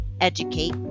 educate